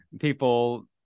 people